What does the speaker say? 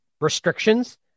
restrictions